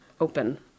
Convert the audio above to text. open